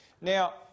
Now